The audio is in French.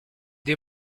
des